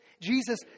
Jesus